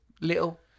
little